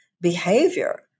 behavior